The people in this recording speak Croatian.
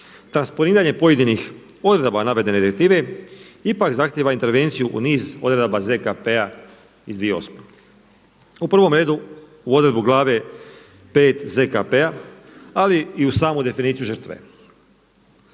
transponiranje pojedinih odredaba navedene direktive ipak zahtjeva intervenciju u niz odredaba ZKP-a iz 2008. U prvom redu, u odredbu Glave V. ZKP-a ali i u samu definiciju žrtve.